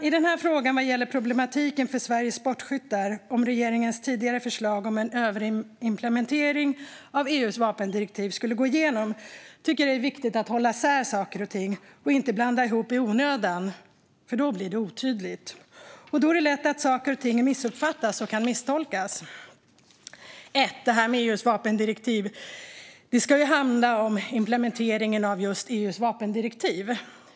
I denna fråga, som gäller problematiken för Sveriges sportskyttar om regeringens tidigare förslag om en överimplementering av EU:s vapendirektiv skulle gå igenom, tycker jag att det är viktigt att hålla isär saker och ting och att inte blanda ihop saker i onödan, för då blir det otydligt, och då är det lätt att saker och ting missuppfattas och kan misstolkas. Det första gäller detta med EU:s vapendirektiv. Det ska ju handla om implementeringen av just EU:s vapendirektiv.